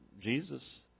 Jesus